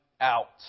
out